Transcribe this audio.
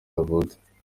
yavutse